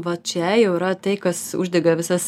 va čia jau yra tai kas uždega visas